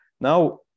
Now